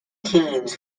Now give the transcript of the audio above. teams